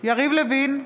יריב לוין,